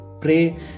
pray